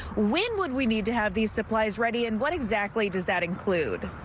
when would we need to have these supplies ready, and what exactly does that include?